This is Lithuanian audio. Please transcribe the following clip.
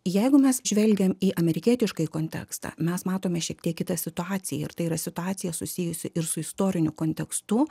jeigu mes žvelgiam į amerikietiškąjį kontekstą mes matome šiek tiek kitą situaciją ir tai yra situacija susijusi ir su istoriniu kontekstu